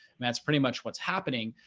that's pretty much what's happening.